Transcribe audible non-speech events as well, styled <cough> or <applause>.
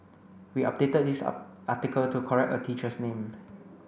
we updated this <unintelligible> article to correct a teacher's name